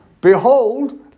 behold